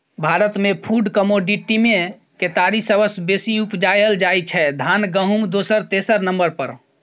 भारतमे फुड कमोडिटीमे केतारी सबसँ बेसी उपजाएल जाइ छै धान गहुँम दोसर तेसर नंबर पर